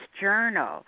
journal